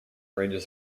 ranges